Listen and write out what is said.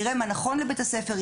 יראה מה נכון לבית הספר,